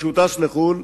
אבל כשהוא טס לחו"ל,